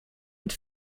mit